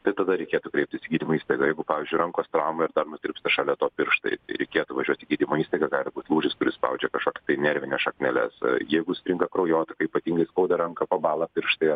tai tada reikėtų kreiptis į gydymo įstaigą jeigu pavyzdžiui rankos trauma ir dar nutirpsta šalia to pirštai reikėtų važiuot į gydymo įstaigą gali būt lūžis kuris spaudžia kažkokį tai nervines šakneles jeigu sutrinka kraujotaka ypatingai skauda ranką pabalo pirštai